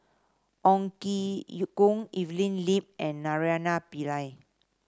Ong Ye Kung Evelyn Lip and Naraina Pillai